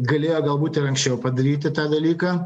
galėjo galbūt ir anksčiau padaryti tą dalyką